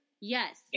Yes